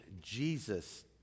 Jesus